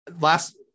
Last